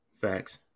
Facts